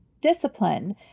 discipline